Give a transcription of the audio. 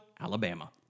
Alabama